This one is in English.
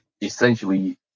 essentially